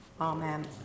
Amen